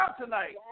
tonight